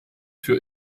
für